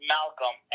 Malcolm